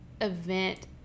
event